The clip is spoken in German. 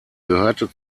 gehörte